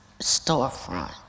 storefront